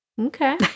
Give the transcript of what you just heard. Okay